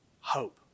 Hope